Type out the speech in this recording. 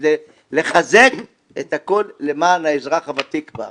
כדי לחזק את הכול למען האזרח הוותיק בארץ.